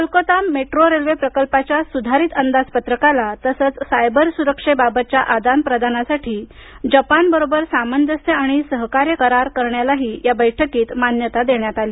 Kolkata metro railway प्रकल्पाच्या सुधारित अंदाजपत्रकाला तसंच सायबर सुरक्षेबाबतच्या आदान प्रदानासाठी जपानबरोबर सामंजस्य आणि सहकार्य करार करण्यालाही या बैठकीत मान्यता देण्यात आली